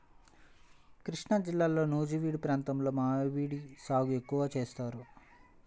కృష్ణాజిల్లాలో నూజివీడు ప్రాంతంలో మామిడి సాగు ఎక్కువగా చేస్తారు